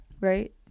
right